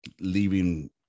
leaving